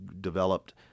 developed